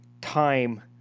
time